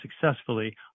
successfully